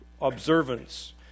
observance